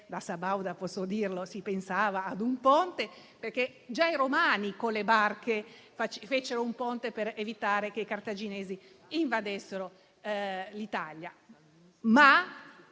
da sabauda posso dirlo - si pensava ad un ponte, perché già i romani con le barche ne fecero uno per evitare che i cartaginesi invadessero l'Italia.